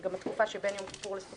זאת גם תקופה שבין יום כיפור לסוכות,